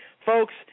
Folks